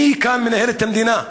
מי כאן מנהל את המדינה?